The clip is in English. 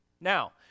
Now